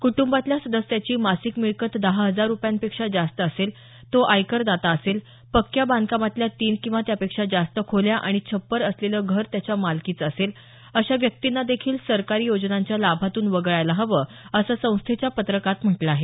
कूटबातल्या सदस्याची मासिक मिळकत दहा हजार रुपयांपेक्षा जास्त असेल तो आयकर दाता असेल पक्क्या बांधकामातल्या तीन किंवा त्यापेक्षा जास्त खोल्या आणि छप्पर असलेलं घर त्याच्या मालकीचं असेल अशा व्यक्तींना देखील सरकारी योजनांच्या लाभातून वगळायला हवं असं संस्थेच्या पत्रकात म्हटलं आहे